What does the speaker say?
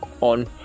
on